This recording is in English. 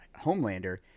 Homelander –